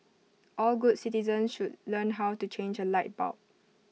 all good citizens should learn how to change A light bulb